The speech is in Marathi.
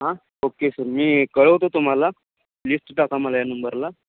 हां ओके सर मी कळवतो तुम्हाला लिस्ट टाका मला या नंबरला